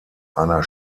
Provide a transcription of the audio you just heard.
einer